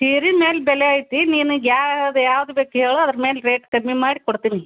ಸೀರೆ ಮೇಲ್ ಬೆಲೆ ಐತಿ ನಿನ್ಗೆ ಯಾವ್ಯಾವ ಯಾವ್ದು ಬೇಕು ಹೇಳು ಅದ್ರ ಮೇಲೆ ರೇಟ್ ಕಡ್ಮೆ ಮಾಡಿ ಕೊಡ್ತೀನಿ